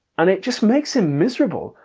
and it just makes him miserable.